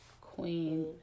Queen